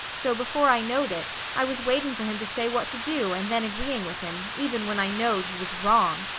so before i knowed it, i was waiting for him to say what to do, and then agreeing with him, even when i knowed he was wrong.